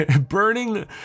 burning-